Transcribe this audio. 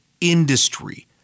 industry